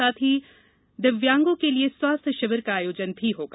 साथ ही दिव्यागों के लिए स्वास्थ्य शिविर का आयोजन भी होगा